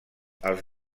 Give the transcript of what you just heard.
els